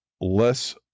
less